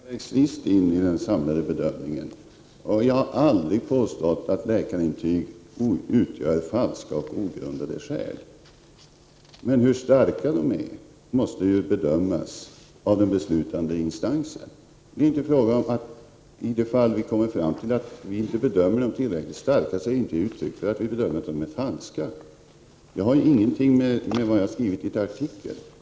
Fru talman! Medicinska skäl vägs visst in i den samlade bedömningen. Jag har aldrig påstått att läkarintyg utgör falska och ogrundade skäl. 23 Hur starka dessa skäl är måste bedömas av den beslutande instansen. I de fall vi bedömer att dessa skäl inte är tillräckligt starka är den bedömningen inte ett uttryck för att vi anser att de är falska. Detta har ingenting att göra med vad jag skrivit i artikeln.